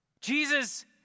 Jesus